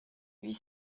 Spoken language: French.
huit